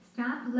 Stop